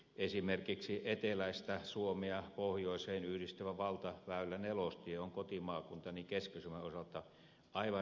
esimerkiksi eteläistä suomea pohjoiseen yhdistävä valtaväylä nelostie on kotimaakuntani keski suomen osalta aivan riittämättömässä kunnossa